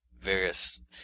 various